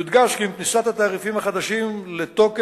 יודגש כי עם כניסת התעריפים החדשים לתוקף,